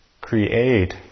create